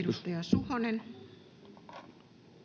Edustaja Suhonen.